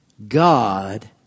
God